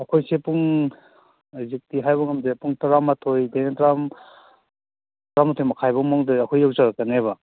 ꯑꯩꯈꯣꯏꯁꯦ ꯄꯨꯡ ꯑꯦꯛꯖꯦꯛꯇꯤ ꯍꯥꯏꯕ ꯉꯝꯗꯦ ꯄꯨꯡ ꯇ꯭ꯔꯥꯃꯥꯊꯣꯏꯗꯩꯅ ꯇ꯭ꯔꯥꯃꯥꯊꯣꯏ ꯃꯈꯥꯏꯐꯧ ꯃꯅꯨꯡꯗ ꯑꯩꯈꯣꯏ ꯌꯧꯖꯔꯛꯀꯅꯦꯕ